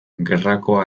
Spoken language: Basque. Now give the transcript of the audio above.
gerrako